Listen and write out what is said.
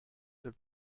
have